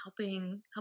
helping